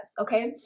okay